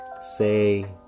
say